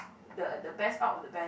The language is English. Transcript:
the the best out of the best